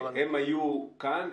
הם היו כאן,